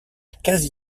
quasi